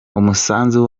umusanzu